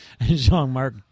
Jean-Marc